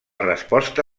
resposta